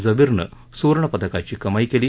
जबीरनं सुवर्णपदकाची कमाई केली